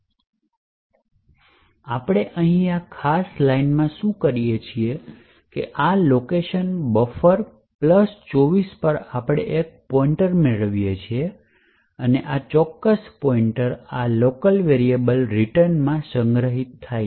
હવે આપણે અહીં આ ખાસ લાઈનમાં શું કરીએ છીએ તે છે કે આ લોકેશન બફર પ્લસ 24 પર આપણે એક પોઇન્ટર મેળવીએ છીએ અને આ ચોક્કસ પોઇન્ટર આ લોકલ વેરિએબલ રિટર્નમાં સંગ્રહિત થાય છે